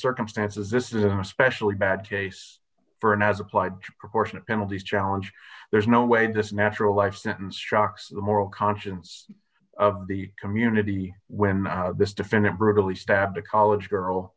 circumstances this is an especially bad case for an as applied proportionate penalty challenge there's no way this natural life sentence shocks the moral conscience of the community when this defendant brutally stabbed a college girl